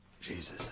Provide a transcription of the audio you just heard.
Jesus